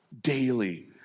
daily